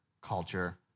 culture